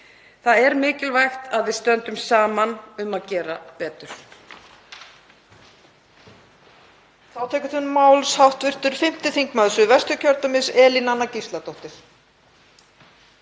Það er mikilvægt að við stöndum saman um að gera betur.